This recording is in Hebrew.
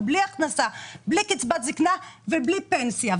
בלי הכנסה ובלי קצבת זקנה ובלי פנסיה.